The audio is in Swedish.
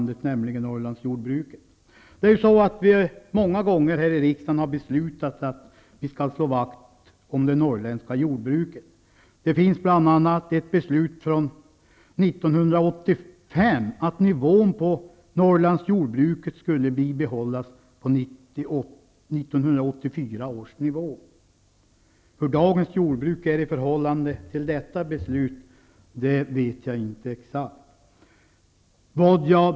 Det gäller Norrlandsjordbruket. Många gånger har ju vi här i riksdagen beslutat att vi skall slå vakt om det norrländska jordbruket. Bl.a. finns det ett beslut från 1985 om att nivån på Norrlandsjordbruket skall bibehållas på 1984 års nivå. Hur det är med dagens jordbruk i förhållande till detta beslut vet jag inte exakt.